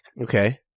Okay